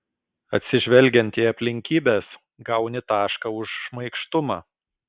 atsižvelgiant į aplinkybes gauni tašką už šmaikštumą